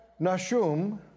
Nashum